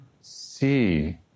see